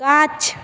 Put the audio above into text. গাছ